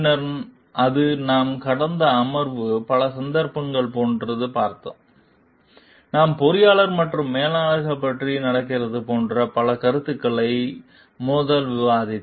பின்னர் அது நாம் கடந்த அமர்வுகள் பல சந்தர்ப்பங்களில் போன்ற பார்த்தேன் தான் நாம் பொறியாளர் மற்றும் மேலாளர்கள் பற்றி நடக்கிறது போன்ற பல கருத்துக்களை மோதல் விவாதித்து